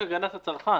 הגנת הצרכן".